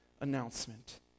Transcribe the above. announcement